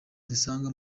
dusanga